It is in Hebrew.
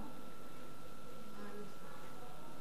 אני